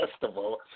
Festival